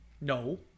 No